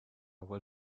will